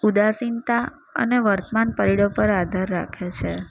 ઉદાસીનતા અને વર્તમાન પૈડો પર આધાર રાખે છે